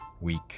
week